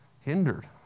hindered